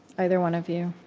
either one of you?